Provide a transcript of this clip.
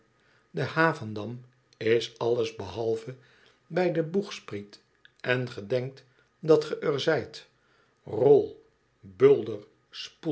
de havendam is alles behalve bij den boegspriet en ge denkt dat ge er zyt rol bulder